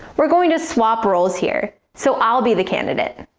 we're going to swap roles here, so i'll be the candidate.